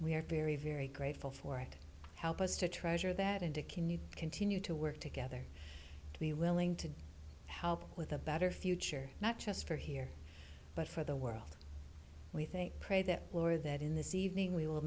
we are very very grateful for it help us to treasure that and to can you continue to work together to be willing to help with a better future not just for here but for the world we think pray that floor that in this evening we will